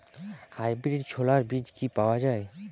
Hybrid ছোলার বীজ কি পাওয়া য়ায়?